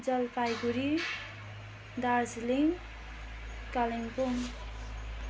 Jalpaiguri Darjeeling Kalimpong